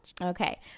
Okay